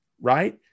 right